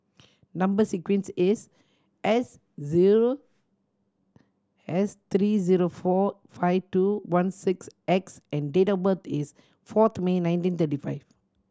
number sequence is S zero S three zero four five two one six X and date of birth is fourth May nineteen thirty five